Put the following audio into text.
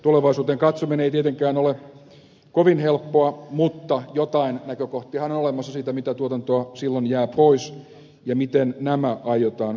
tulevaisuuteen katsominen ei tietenkään ole kovin helppoa mutta jotain näkökohtiahan on olemassa siitä mitä tuotantoa silloin jää pois ja miten nämä aiotaan korvata